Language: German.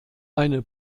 eine